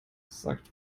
sagt